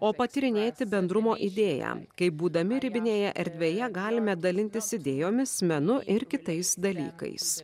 o patyrinėti bendrumo idėją kaip būdami ribinėje erdvėje galime dalintis idėjomis menu ir kitais dalykais